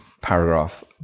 paragraph